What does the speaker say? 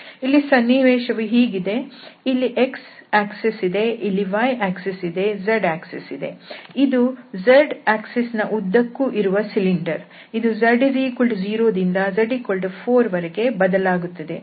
ಇಲ್ಲಿ ಸನ್ನಿವೇಶವು ಹೀಗಿದೆ ಇಲ್ಲಿ x ಅಕ್ಷರೇಖೆ ಇದೆ y ಅಕ್ಷರೇಖೆ ಇದೆ z ಅಕ್ಷರೇಖೆ ಇದೆ ಇದು z ಅಕ್ಷರೇಖೆ ಯ ಉದ್ದಕ್ಕೂ ಇರುವ ಸಿಲಿಂಡರ್ ಇದು z0 ದಿಂದ z4 ವರೆಗೆ ಬದಲಾಗುತ್ತದೆ